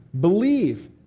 believe